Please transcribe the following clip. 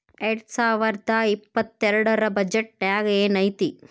ಎರ್ಡ್ಸಾವರ್ದಾ ಇಪ್ಪತ್ತೆರ್ಡ್ ರ್ ಬಜೆಟ್ ನ್ಯಾಗ್ ಏನೈತಿ?